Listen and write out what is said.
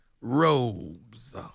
Robes